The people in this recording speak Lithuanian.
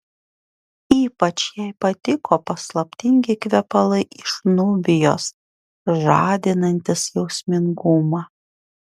ypač jai patiko paslaptingi kvepalai iš nubijos žadinantys jausmingumą